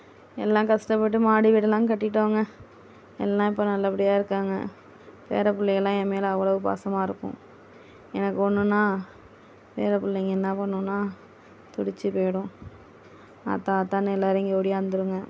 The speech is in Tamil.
எல்லாம் கஷ்டப்பட்டு மாடி வீடுல்லாம் கட்டிட்டோங்க எல்லாம் இப்போ நல்லபடியாக இருக்காங்க பேர பிள்ளைகள்லாம் என் மேல் அவ்வளோ பாசமாக இருக்கும் எனக்கு ஒன்றுன்னா பேர பிள்ளைங்க என்ன பண்ணுன்னால் துடித்து போயிடும் ஆத்தா ஆத்தான்னு எல்லாரும் இங்கே ஓடியாந்துருங்க